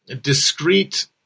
discrete